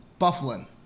Bufflin